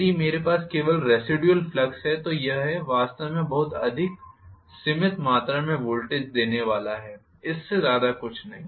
यदि मेरे पास केवल रेसिडुयल है तो यह है वास्तव में बहुत अधिक सीमित मात्रा में वोल्टेज देने वाला है इससे ज्यादा कुछ नहीं